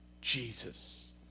Jesus